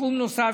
סכום נוסף,